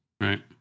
Right